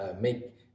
make